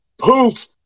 poof